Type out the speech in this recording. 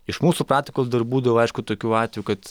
iš mūsų praktikos dar būdavo aišku tokių atvejų kad